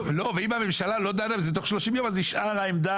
ואם הממשלה לא דנה בזה תוך 30 יום נשארה העמדה